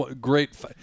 Great